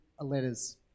letters